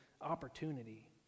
opportunity